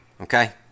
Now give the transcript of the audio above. Okay